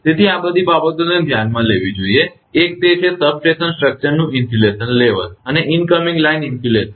તેથી આ બધી બાબતોને ધ્યાનમાં લેવી જોઈએ એક તે છે સબસ્ટેશન સ્ટ્રક્ચરનું ઇન્સ્યુલેશન લેવલ અને ઇનકમિંગ લાઇન ઇન્સ્યુલેશન